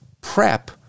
prep